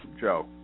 Joe